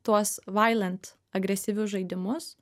tuos vailant agresyvius žaidimus